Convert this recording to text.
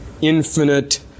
infinite